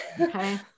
Okay